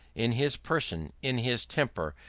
in his person, in his temper,